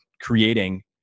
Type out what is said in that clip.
creating